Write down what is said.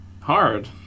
hard